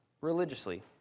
religiously